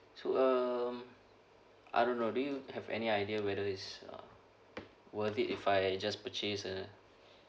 so um I don't know do you have any idea whether is uh worth it if I just purchase a